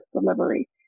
delivery